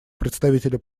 представителя